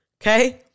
Okay